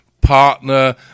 partner